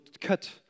cut